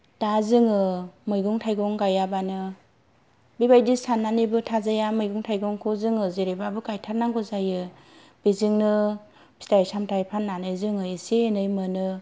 दा जोङो मैगं थाइगं गायाबानो बेबायदि साननानैबो थाजाया मैगं थाइगंखौ जोङो जेरैबाबो गायथारनांगौ जायो बेजोंनो फिथाय समाथाय फाननानै जोङो इसे एनै मोनो